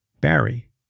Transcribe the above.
Barry